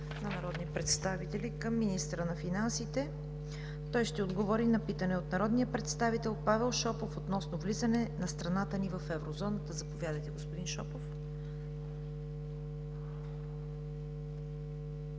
от народните представители към министъра на финансите. Той ще отговори на питане от народния представител Павел Шопов относно влизането на страната ни в Еврозоната. Заповядайте, господин Шопов.